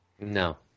No